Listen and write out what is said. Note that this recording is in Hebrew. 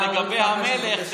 אבל לגבי המלך,